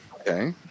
okay